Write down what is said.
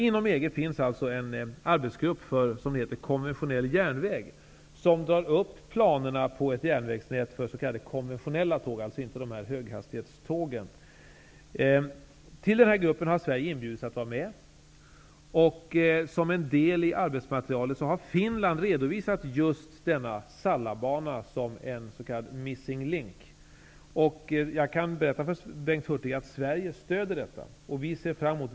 Inom EG finns en arbetsgrupp för konventionell järnväg, som drar upp planerna på ett järnvägsnät för s.k. konventionella tåg, dvs. inte för de höghastighetståg som finns. Till den här gruppen har Sverige inbjudits att vara med, och som en del i arbetsmaterialet har Finland redovisat just denna Jag kan berätta för Bengt Hurtig att Sverige stödjer detta.